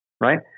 right